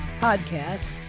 Podcast